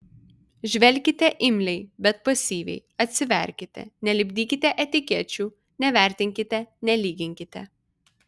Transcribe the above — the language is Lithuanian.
žvelkite imliai bet pasyviai atsiverkite nelipdykite etikečių nevertinkite nelyginkite